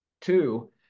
two